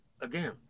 again